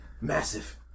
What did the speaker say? massive